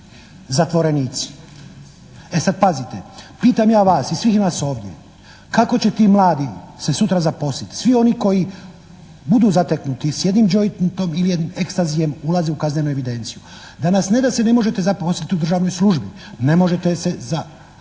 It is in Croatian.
zatvorenici. E sad pazite, pitam ja vas i svih nas ovdje, kako će ti mladi se sutra zaposliti, svi oni koji budu zateknuti s jednim jointom ili extasyjem ulaze u kaznenu evidenciju. Danas ne da se ne možete zaposliti u državnoj službi, ne možete se zaposliti